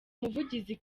muvugizi